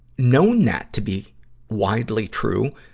known that to be widely true